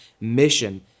mission